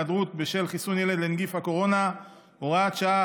היעדרות בשל חיסון ילד לנגיף הקורונה) (הוראת שעה),